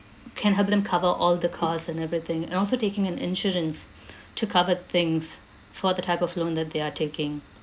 can help them cover all the cost and everything and also taking an insurance to cover things for the type of loan that they are taking